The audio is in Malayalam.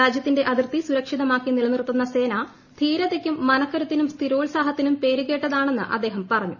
രാജ്യത്തിന്റെ അതിർത്തി സുരക്ഷിതമാക്കി നിലനിർത്തുന്ന സേന ധീരതയ്ക്കും മനക്കരുത്തിനും സ്ഥിരോത്സാഹത്തിനും പേര് കേട്ടതാണെന്ന് അദ്ദേഹം പറഞ്ഞു